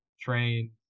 train